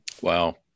Wow